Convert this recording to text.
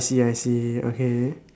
I see I see okay